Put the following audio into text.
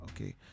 Okay